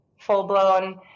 full-blown